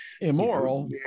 immoral